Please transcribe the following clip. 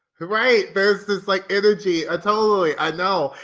right? there's this like energy, i totally, i know.